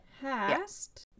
past